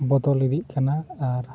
ᱵᱚᱫᱚᱞ ᱤᱫᱤᱜ ᱠᱟᱱᱟ ᱟᱨ